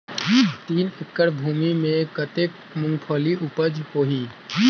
तीन एकड़ भूमि मे कतेक मुंगफली उपज होही?